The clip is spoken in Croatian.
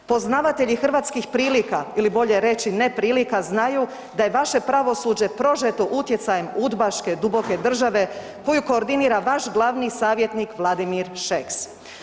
Poznavatelji hrvatskih prilika ili bolje reći, neprilika znaju da je vaše pravosuđe prožeto utjecajem udbaške duboke države koju koordinira vaš glavni savjetnik Vladimir Šeks.